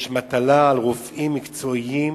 יש מטלה על רופאים מקצועיים,